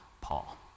Paul